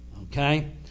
Okay